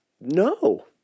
no